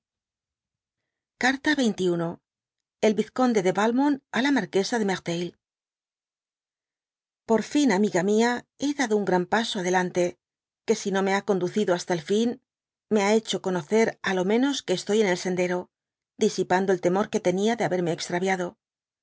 carta xxl el yizconde de valmom á la marquesa de merteuil iroa fia amiga mia he dado un gran paso adelante que si no me ha conducido hasta el fin me ha hecho eonocer l lo xaos que estoy en el sendero disipando el temor que tenia de haberme extraviado